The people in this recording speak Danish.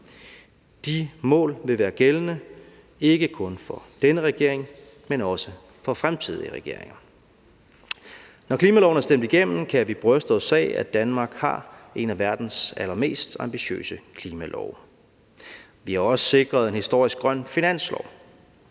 De mål vil være gældende, ikke kun for denne regering, men også for fremtidige regeringer. Når klimaloven er stemt igennem, kan vi bryste os af, at Danmark har en af verdens allermest ambitiøse klimalove. Vi har også sikret en historisk grøn finanslov.